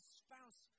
spouse